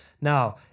Now